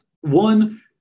one